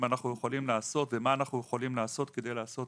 אנחנו יכולים ומה אנחנו יכולים לעשות כדי לעשות